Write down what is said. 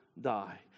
die